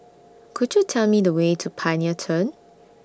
Could YOU Tell Me The Way to Pioneer Turn